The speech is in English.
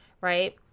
right